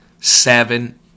seven